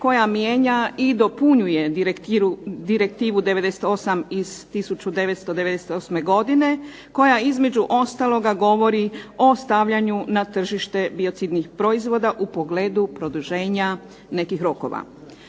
koja mijenja i dopunjuje Direktivu 98 iz 1998. godine koja između ostalog govori o stavljanju na tržište biocidnih proizvoda u pogledu produženja nekih rokova.